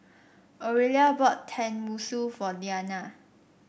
Orelia bought Tenmusu for Deana